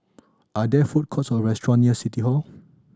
are there food courts or restaurant near City Hall